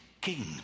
king